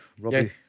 Robbie